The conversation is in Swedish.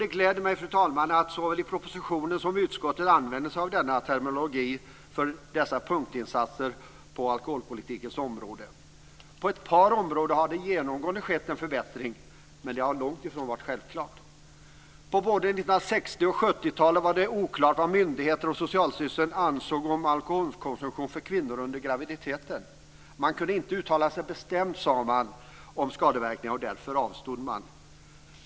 Det gläder mig att man såväl i propositionen som i utskottets betänkande använder sig av denna terminologi för dessa punktinsatser på alkoholpolitikens område. På ett par områden har det genomgående skett en förbättring. Med det har långt ifrån varit självklart. På både 1960 och 1970-talet var det oklart vad myndigheter och Socialstyrelsen ansåg om alkoholkonsumtion hos kvinnor under graviditeten. Man kunde inte uttala sig bestämt om skadeverkningarna, och därför avstod man.